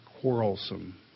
quarrelsome